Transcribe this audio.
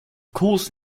course